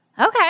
Okay